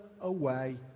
away